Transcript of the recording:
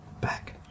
back